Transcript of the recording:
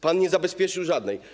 Pan nie zabezpieczył żadnej.